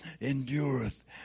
endureth